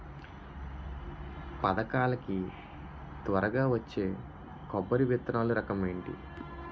పథకాల కి త్వరగా వచ్చే కొబ్బరి విత్తనాలు రకం ఏంటి?